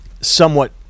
somewhat